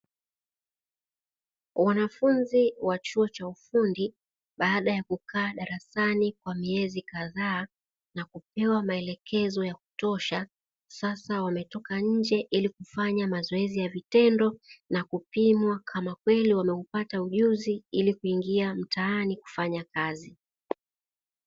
Wanafunzi wa chuo cha ufundi baada ya kukaa darasani kwa miezi kadhaa, na kupewa maelekezo ya kutosha sasa wametoka nje ili kufanya mazoezi ya vitendo, na kupimwa kama kweli wameupata ujuzi ili kuingia mtaani kufanya kazi.